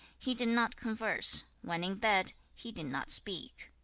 he did not converse. when in bed, he did not speak.